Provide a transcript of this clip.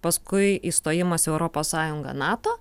paskui įstojimas į europos sąjungą nato